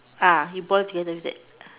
ah you boil together with that